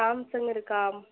Samsung இருக்கா